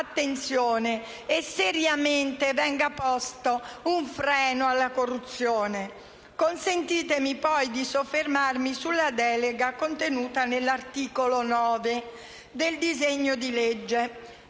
attenzione e venga seriamente posto un freno alla corruzione. Consentitemi, poi, di soffermarmi sulla delega contenuta nell'articolo 9 del disegno di legge,